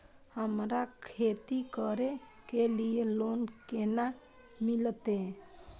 हमरा खेती करे के लिए लोन केना मिलते?